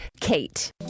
KATE